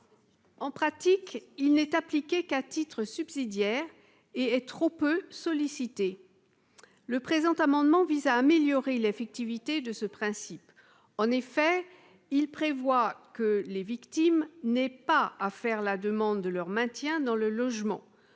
En pratique, il n'est appliqué qu'à titre subsidiaire, et est trop peu sollicité. Le présent amendement vise à améliorer l'effectivité de ce principe, les victimes n'ayant plus à faire la demande de leur maintien dans le logement.